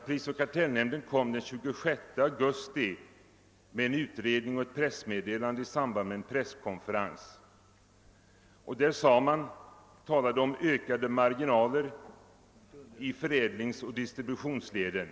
Prisoch kartellnämnden kom den 26 augusti med en utredning och ett pressmeddelande i samband med en presskonferens. Där talade man om ökade marginaler i förädlingsoch distributionsleden.